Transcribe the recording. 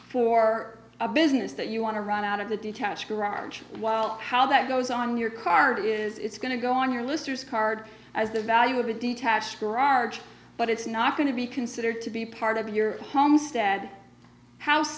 for a business that you want to run out of the detached garage while how that goes on your car is it's going to go on your listers card as the value of a detached garage but it's not going to be considered to be part of your homestead house